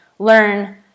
learn